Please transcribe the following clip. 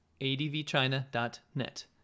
advchina.net